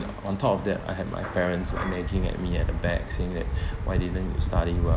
on top of that I had my parents like nagging at me at the back saying like why didn't you studying well